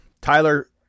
Tyler